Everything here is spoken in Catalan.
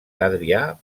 adrià